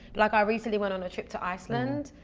like, i recently went on a trip to iceland.